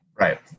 right